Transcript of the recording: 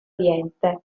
oriente